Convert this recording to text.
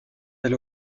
elle